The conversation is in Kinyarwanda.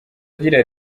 agira